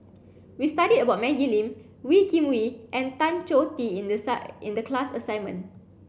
we studied about Maggie Lim Wee Kim Wee and Tan Choh Tee in the in the class assignment